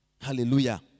Hallelujah